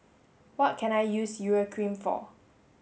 what can I use Urea cream for